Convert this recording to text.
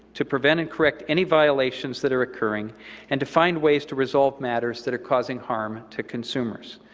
to prevent and correct any violations that are occurring and to find ways to resolve matters that are causing harm to consumers.